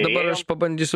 dabar aš pabandysiu